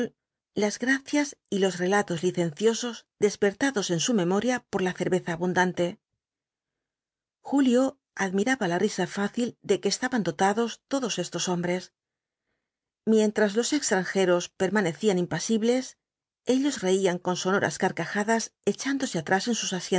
las gracias y v blasco ibáñhz los relatos licenciosos despertados en su memoria por la cerveza abundante julio admiraba la risa fácil de que estaban dotados todos estos hombres mientras los extranjeros permanecían impasibles ellos reían con sonoras carcajadas echándose atrás en sus